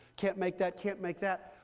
can't make that. can't make that.